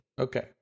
Okay